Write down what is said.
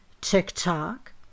TikTok